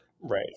right